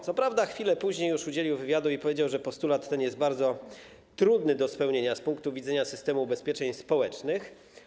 Co prawda chwilę później już udzielił wywiadu i powiedział, że postulat ten jest bardzo trudny do spełnienia z punktu widzenia systemu ubezpieczeń społecznych.